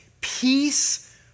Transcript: Peace